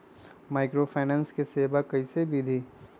Microfinance के सेवा कइसे विधि?